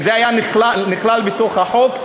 אם זה היה נכלל בתוך החוק,